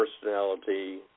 personality